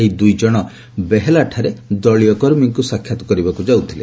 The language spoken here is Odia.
ଏହି ଦୁଇଜଣ ବେହେଲାଠାରେ ଦଳୀୟ କର୍ମୀଙ୍କୁ ସାକ୍ଷାତ କରିବାକୁ ଯାଉଥିଲେ